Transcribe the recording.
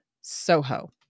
Soho